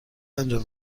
انجام